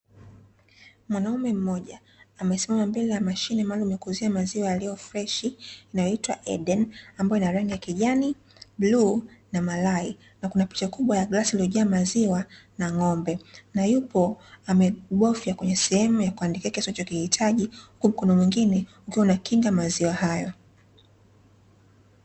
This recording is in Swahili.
Mwanaume mmoja amesimama mbele ya mashine maalumu ya kuuzia maziwa yaliyo freshi, inayoitwa " EDEN" ambayo ina rangi ya kijani, bluu na malai; na kuna picha kubwa ya glasi iliyojaa maziwa na ng'ombe. Na yupo amebofya kwenye sehemu ya kuandikia kiasi unachokihitaji, huku mkono mwingine ukiwa unakinga maziwa hayo.